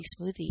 smoothie